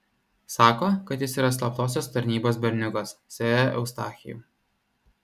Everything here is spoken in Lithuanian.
sako kad jis yra slaptosios tarnybos berniukas sere eustachijau